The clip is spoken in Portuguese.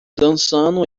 dançando